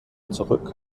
zurück